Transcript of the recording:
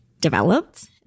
developed